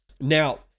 Now